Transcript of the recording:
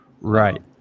right